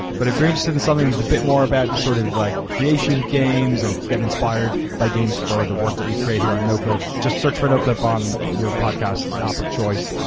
but if you're interested in something that's a bit more about the sort of like creation of games and get inspired by games for the work that we create here on noclip, just search for noclip on your podcast app of choice,